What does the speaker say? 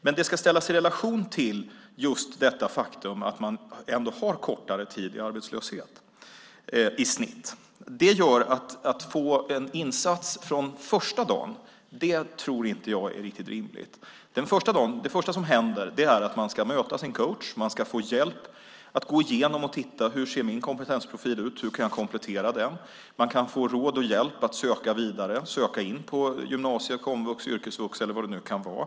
Men det ska ställas i relation till att ungdomar har kortare tid i arbetslöshet. Det gör att jag inte tror att det är riktigt rimligt att de får en insats från första dagen. Det första som händer är att de ska möta sin coach. De ska få hjälp att gå igenom och titta: Hur ser min kompetensprofil ut? Hur kan jag komplettera den? De kan få råd och hjälp att söka vidare och söka in på gymnasium, yrkesvux, komvux eller vad det nu kan vara.